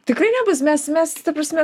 tikrai nebus mes mes ta prasme